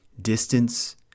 distance